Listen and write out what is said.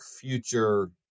future